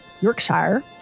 Yorkshire